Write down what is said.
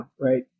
Right